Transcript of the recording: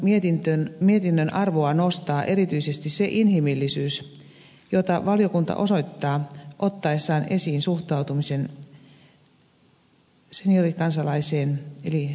ulkoasiainvaliokunnan mietinnön arvoa nostaa erityisesti se inhimillisyys jota valiokunta osoittaa ottaessaan esiin suhtautumisen seniorikansalaisiin eli vanhusten arvostuksen